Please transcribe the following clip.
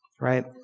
right